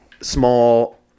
small